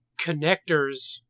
connectors